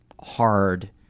hard